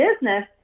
business